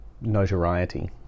notoriety